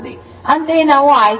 ಆದ್ದರಿಂದ ಇದು 120 Watt